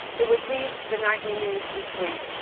it would lead the nightly news each week.